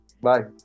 Bye